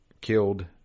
killed